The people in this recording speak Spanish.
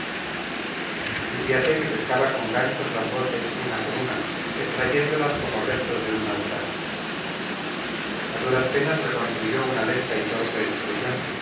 vascuences diríase que pescaba con ganchos las voces una por una extrayéndolas como restos de un naufragio a duras penas reconstruyó una lenta y torpe expresión